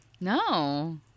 No